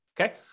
okay